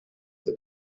that